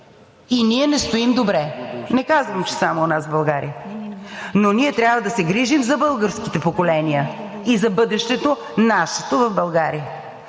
и ние не стоим добре. Не казвам, че само у нас, в България, но ние трябва да се грижим за българските поколения и за бъдещето, нашето, в България.